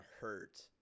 hurt